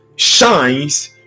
shines